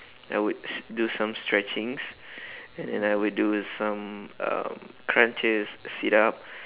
I would s~ do some stretchings and then I would do some um crunches sit up